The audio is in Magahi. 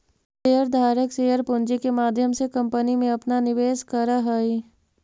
शेयर धारक शेयर पूंजी के माध्यम से कंपनी में अपना निवेश करऽ हई